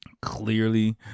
clearly